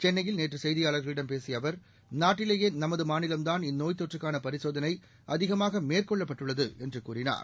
சென்னையில் நேற்று செய்தியாளர்களிடம் பேசிய அவர் நாட்டிலேயே நமது மாநிலத்தில்தான் இந்நோய்த் தொற்றுக்கான பரிசோதனை அதிகமாக மேற்கொள்ளப்பட்டுள்ளது என்று கூறினார்